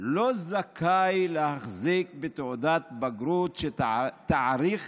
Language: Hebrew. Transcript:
לא זכאי להחזיק בתעודת בגרות שתעריך